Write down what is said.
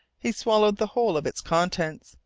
he swallowed the whole of its contents,